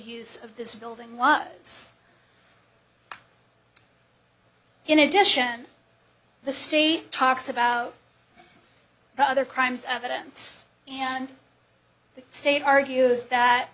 use of this building was in addition the state talks about the other crimes evidence and the state argues that